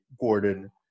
Gordon